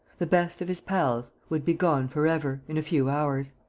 the best of his pals would be gone for ever, in a few hours.